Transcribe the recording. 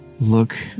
look